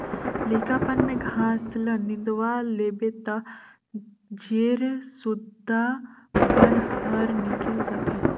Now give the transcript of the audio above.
लइकापन में घास ल निंदवा देबे त जेर सुद्धा बन हर निकेल जाथे